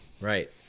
Right